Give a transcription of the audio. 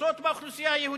תת-קבוצות באוכלוסייה היהודית?